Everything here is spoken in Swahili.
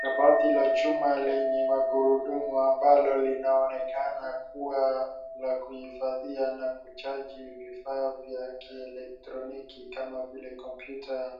Kabati la chuma lenye maghurudumu ambalo linaonekana kuwa la kuifadhia na kuchanji vifaa vya kieletroniki kama vile kompyuta